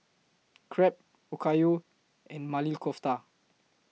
Crepe Okayu and Maili Kofta